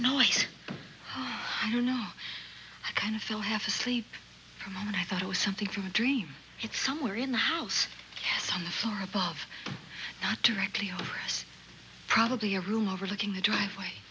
noise i don't know i kind of feel half asleep for a minute i thought it was something from a dream it's somewhere in the house yes on the floor above not directly over us probably a room overlooking the driveway